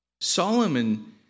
Solomon